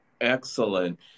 Excellent